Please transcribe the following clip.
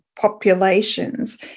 populations